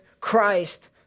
Christ